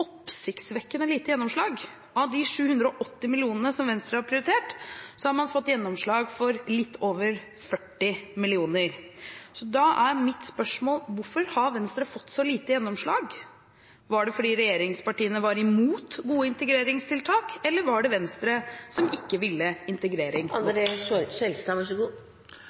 gjennomslag for litt over 40 mill. kr. Da er mitt spørsmål: Hvorfor har Venstre fått så lite gjennomslag? Var det fordi regjeringspartiene var imot gode integreringstiltak? Eller var det Venstre som ikke ville integrering? Venstre vil til enhver tid ha en god